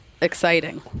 exciting